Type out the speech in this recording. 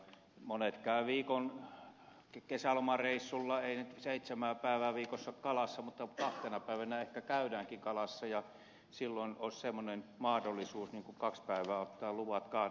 monet käyvät kesälomareissulla ei nyt seitsemää päivää viikossa kalassa mutta kahtena päivänä ehkä käydäänkin kalassa ja silloin olisi semmoinen mahdollisuus ottaa kahdelle päivälle luvat